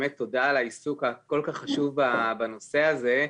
באמת תודה על העיסוק הכל כך חשוב בנושא הזה.